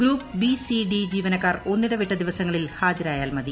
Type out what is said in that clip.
group B C D ജീവനക്കാർ ഒന്നിടവിട്ട ദിവസങ്ങളിൽ ഹാജരായാൽ മതി